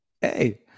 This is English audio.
hey